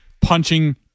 punching